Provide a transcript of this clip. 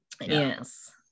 Yes